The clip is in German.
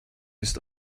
ist